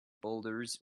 boulders